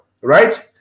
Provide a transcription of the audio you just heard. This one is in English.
right